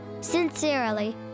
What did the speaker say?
Sincerely